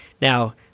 now